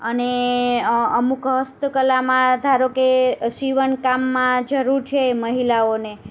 અને અમુક હસ્તકલામાં ધારો કે શિવણ કામમાં જરૂર છે મહિલાઓને